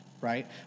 right